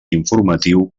informatiu